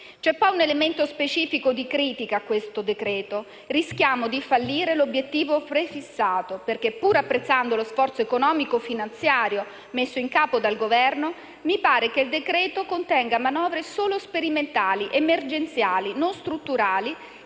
C'è poi un elemento specifico di critica a questo decreto-legge. Rischiamo di fallire l'obiettivo prefissato perché, pure apprezzando lo sforzo economico-finanziario messo in campo dal Governo, mi pare che il provvedimento contenga manovre solo sperimentali, emergenziali, non strutturali,